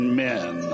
men